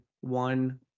one